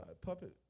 Puppet